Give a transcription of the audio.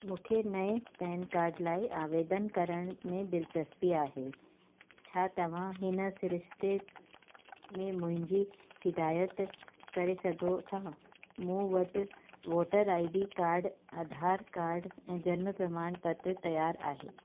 मूंखे नएं PAN card लाइ आवेदन करण में दिलिचस्पी आहे छा तव्हां हिन सिरिश्ते में मुंहिंजी हिदायत करे सघो था मूं वटि voter I D card Aadhaar card ऐं जनमु प्रमाणपत्र तियारु आहे